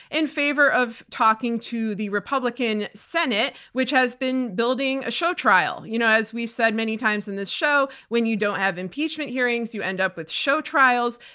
in favor of talking to the republican senate, which has been building a show trial. you know as we've said many times on this show, when you don't have impeachment hearings, you end up with show trials.